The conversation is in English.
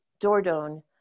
Dordogne